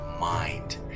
mind